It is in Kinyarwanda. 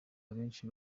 abenshi